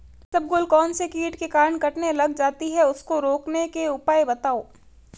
इसबगोल कौनसे कीट के कारण कटने लग जाती है उसको रोकने के उपाय बताओ?